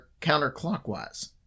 counterclockwise